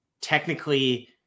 technically